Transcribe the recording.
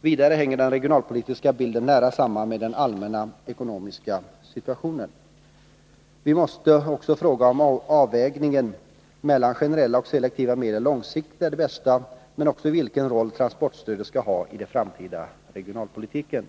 Vidare hänger den regionalpolitiska bilden nära samman med den allmänna ekonomiska situationen. Vi måste också fråga om avvägningen mellan generella och selektiva medel långsiktigt är den bästa, men också vilken roll transportstödet skall ha i den framtida regionalpolitiken.